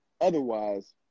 otherwise